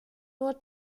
nur